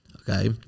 Okay